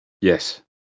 Yes